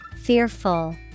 Fearful